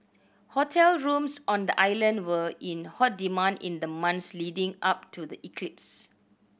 hotel rooms on the island were in hot demand in the month leading up to the eclipse